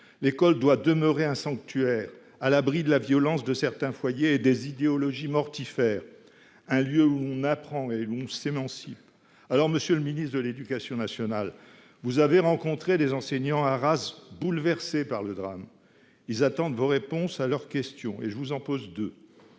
L’école doit demeurer un sanctuaire à l’abri de la violence de certains foyers et des idéologies mortifères, un lieu où l’on apprend et où l’on s’émancipe. Monsieur le ministre de l’éducation nationale, vous avez rencontré à Arras les enseignants, bouleversés par le drame. Ils attendent vos réponses à leurs questions. Pour ma part, je vous en pose deux.